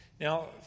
Now